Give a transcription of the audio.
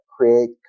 create